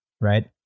right